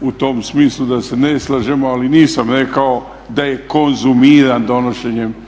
u tom smislu da se ne slažemo ali nisam rekao da je konzumiran donošenjem